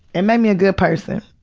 it made me a good person,